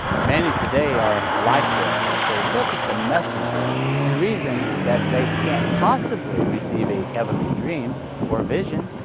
many today are like this. they look at the messenger and reason that they can't possibly receive a heavenly dream or vision.